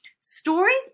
Stories